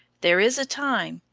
there is a time,